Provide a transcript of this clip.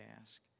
ask